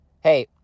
hey